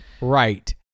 right